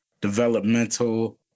developmental